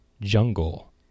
Jungle